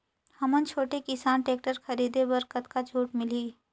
हमन छोटे किसान टेक्टर खरीदे बर कतका छूट मिलही?